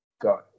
got